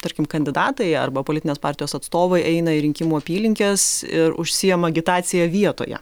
tarkim kandidatai arba politinės partijos atstovai eina į rinkimų apylinkes ir užsiima agitacija vietoje